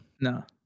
no